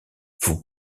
vous